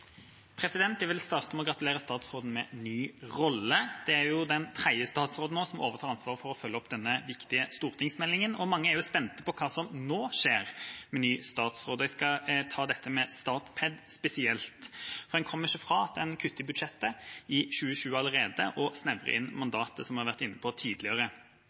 den tredje statsråden som har ansvaret for å følge opp denne viktige stortingsmeldinga. Mange er spente på hva som nå skjer, med en ny statsråd. Jeg vil ta dette med Statped spesielt. En kommer ikke vekk ifra at en har kuttet allerede, i 2020-budsjettet, og snevret inn mandatet, som vi har vært inne på tidligere.